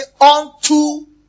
unto